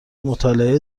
مطالعه